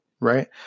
right